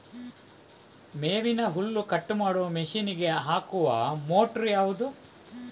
ಮೇವಿನ ಹುಲ್ಲು ಕಟ್ ಮಾಡುವ ಮಷೀನ್ ಗೆ ಹಾಕುವ ಮೋಟ್ರು ಯಾವುದು?